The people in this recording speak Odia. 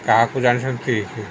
କାହାକୁ ଜାଣିଛନ୍ତି